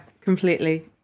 completely